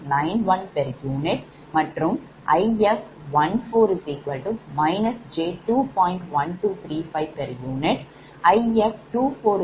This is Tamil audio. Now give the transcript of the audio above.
091 pu மற்றும் If14 j2